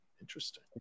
Interesting